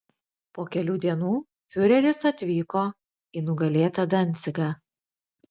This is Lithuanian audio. po kelių dienų fiureris atvyko į nugalėtą dancigą